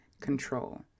control